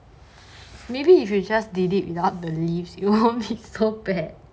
maybe you should just did it without the leaves you won't be so bad